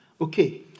Okay